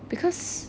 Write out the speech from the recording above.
because